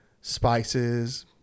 spices